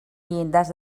llindars